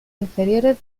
inferiores